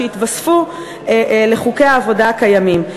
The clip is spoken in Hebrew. שיתווספו על חוקי העבודה הקיימים.